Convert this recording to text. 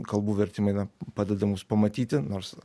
kalbų vertimai na padeda mums pamatyti nors